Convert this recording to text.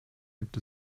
gibt